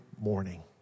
morning